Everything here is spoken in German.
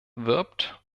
wirbt